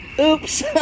Oops